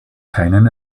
keinen